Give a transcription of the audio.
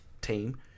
team